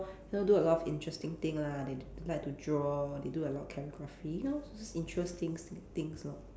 so do a lot of interesting thing lah they like to draw they do a lot of calligraphy you know those interesting things lor